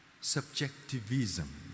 subjectivism